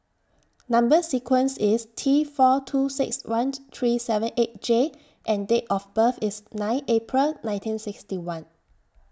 Number sequence IS T four two six one three seven eight J and Date of birth IS nine April nineteen sixty one